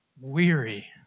weary